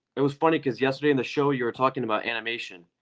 it was funny cause yesterday in the show you were talking about animation.